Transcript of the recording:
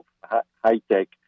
high-tech